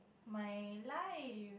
my life